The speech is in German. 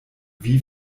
wie